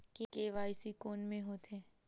KYC कोन में होथे?